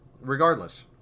regardless